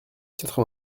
quatre